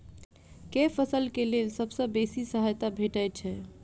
केँ फसल केँ लेल सबसँ बेसी सहायता भेटय छै?